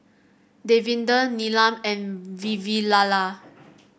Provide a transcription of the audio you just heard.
Davinder Neelam and Vavilala